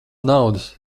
naudas